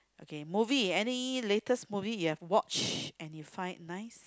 okay movie any latest movie you've watch and you find it nice